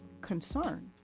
concern